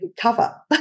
cover